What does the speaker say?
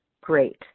great